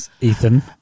Ethan